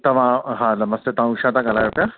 तव्हां हा नमस्ते तव्हां उषा था ॻाल्हायो पिया